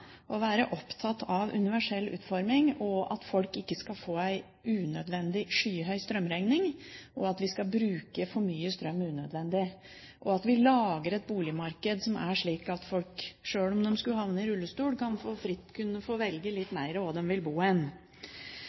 å være opptatt av universell utforming, at folk ikke skal få en unødvendig skyhøy strømregning, og at vi skal bruke for mye strøm unødvendig, og at vi lager et boligmarked som er slik at folk, sjøl om de skulle havne i rullestol, fritt skal kunne få velge litt mer hvor de vil bo